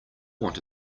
want